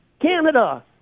Canada